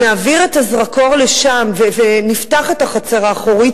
נעביר את הזרקור לשם ונפתח את החצר האחורית